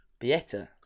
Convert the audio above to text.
Bieta